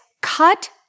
cut